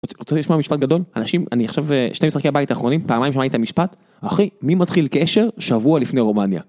רוצה לשמוע משפט גדול? אנשים... אני עכשיו, שני משחקי הבית האחרונים, פעמיים שמעתי את המשפט, אחי מי מתחיל קשר שבוע לפני רומניה.